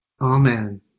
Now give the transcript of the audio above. Amen